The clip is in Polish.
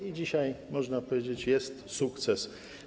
I dzisiaj, można powiedzieć, jest sukces.